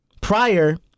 prior